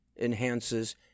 enhances